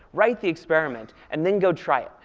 write the experiment, and then go try it.